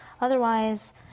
Otherwise